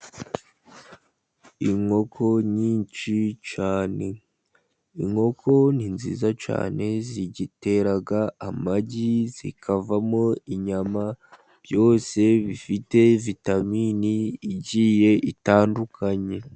Inkoko nyinshi cyane, inkoko ni nziza cyane zitera amagi, zikavamo inyama, byose bifite vitaminini zigiye zitandukanye.